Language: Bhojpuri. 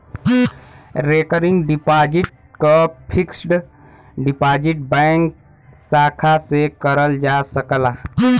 रेकरिंग डिपाजिट क फिक्स्ड डिपाजिट बैंक शाखा से करल जा सकला